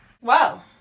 Wow